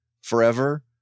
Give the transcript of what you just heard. forever